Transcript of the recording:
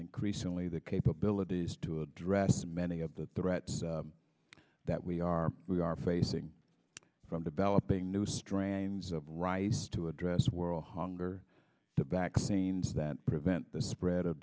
increasingly the capabilities to address many of the threats that we are we are facing from the ballot being new strains of rice to address world hunger the back scenes that prevent the spread of